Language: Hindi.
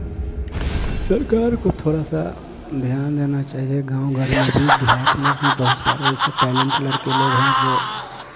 सरकार को थोड़ा सा ध्यान देना चाहिए गाँव घर में भी देहात में भी बहुत सारे ऐसे टैलेन्ट लड़के लोग हैं जो